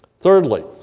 Thirdly